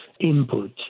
input